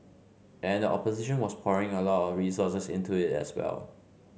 and the opposition was pouring a lot of resources into it as well